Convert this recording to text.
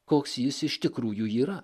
koks jis iš tikrųjų yra